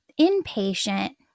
inpatient